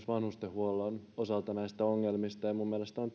vanhustenhuollon osalta näistä ongelmista ja minun mielestäni on